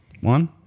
One